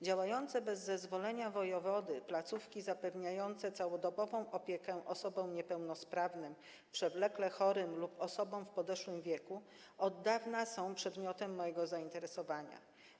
Działające bez zezwolenia wojewody placówki zapewniające całodobową opiekę osobom niepełnosprawnym, przewlekle chorym lub osobom w podeszłym wieku od dawna są przedmiotem mojego zainteresowania.